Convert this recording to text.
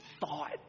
thought